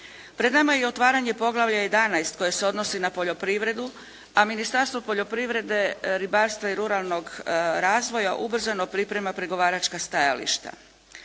Pred nama je i otvaranje poglavlja 11 koje se odnosi na poljoprivredu, a Ministarstvo poljoprivrede, ribarstva i ruralnog razvoja ubrzano priprema pregovaračka stajališta.